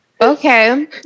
okay